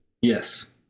Yes